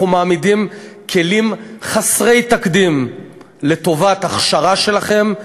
אנחנו מעמידים כלים חסרי תקדים לטובת הכשרה שלכם.